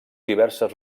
diverses